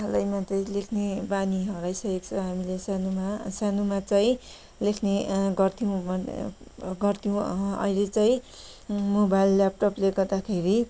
हालैमा त लेख्ने बानी हराइसकेको छ हामीले सानोमा सानोमा चाहिँ लेख्ने गर्थ्यौँ गर्थ्यौँ अहिले चाहिँ मोबाइल ल्यापटपले गर्दाखेरि